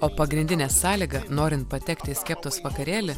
o pagrindinė sąlyga norint patekti į skeptos vakarėlį